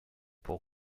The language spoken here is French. pour